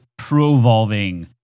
provolving